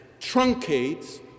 truncates